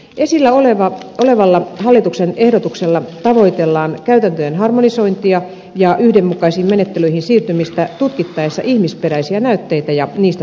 esillä olevalla hallituksen esityksellä tavoitellaan käytäntöjen harmonisointia ja yhdenmukaisiin menettelyihin siirtymistä tutkittaessa ihmisperäisiä näytteitä ja niistä saatavaa tietoa